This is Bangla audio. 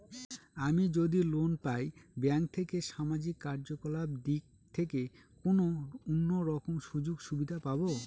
আমি যদি লোন পাই ব্যাংক থেকে সামাজিক কার্যকলাপ দিক থেকে কোনো অন্য রকম সুযোগ সুবিধা পাবো?